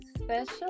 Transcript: special